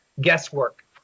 guesswork